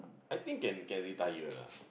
I think can can retire lah